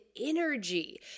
energy